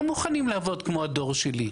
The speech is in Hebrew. לא מוכנים לעבוד כמו הדור שלי.